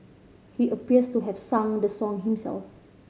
he appears to have sung the song himself